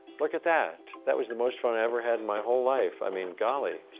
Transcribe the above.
look at that. that was the most fun i ever had in my whole life. i mean, golly.